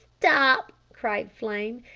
stop! cried flame.